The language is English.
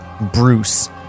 Bruce